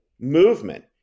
movement